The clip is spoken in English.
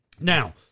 Now